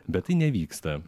bet tai nevyksta